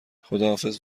خداحافظ